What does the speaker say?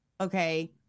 Okay